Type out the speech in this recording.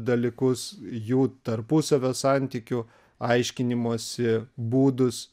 dalykus jų tarpusavio santykių aiškinimosi būdus